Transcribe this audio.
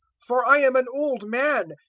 for i am an old man,